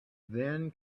then